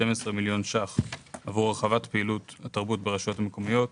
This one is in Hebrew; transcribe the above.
12 מיליון שקלים עבור הרחבת פעילות התרבות ברשויות המקומיות.